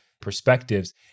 perspectives